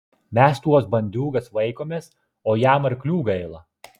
mes tuos bandiūgas vaikomės o jam arklių gaila